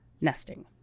nesting